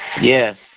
Yes